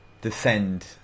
descend